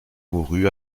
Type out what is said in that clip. mourut